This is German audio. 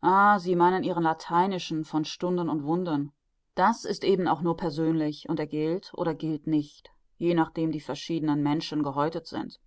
ah sie meinen ihren lateinischen von stunden und wunden das ist eben auch nur persönlich und er gilt oder gilt nicht je nachdem die verschiedenen menschen gehäutet sind